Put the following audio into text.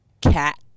Cat